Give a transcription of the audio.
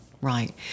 right